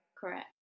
Correct